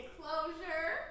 closure